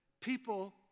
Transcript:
People